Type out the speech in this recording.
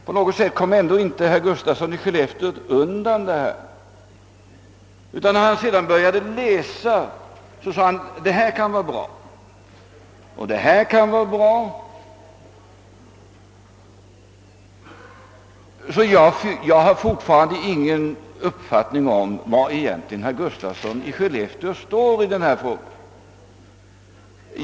På något sätt kom dock inte herr Gustafsson i Skellefteå undan, utan när han började läsa fann han att det här kunde vara bra och det där kunde vara bra. Jag har fortfarande ingen uppfattning om vilken ståndpunkt herr Gustafsson i Skellefteå intar i denna fråga.